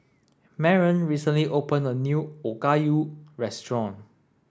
Maren recently opened a new Okayu restaurant